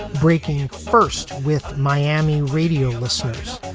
breaking first with miami radio listeners.